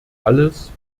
alles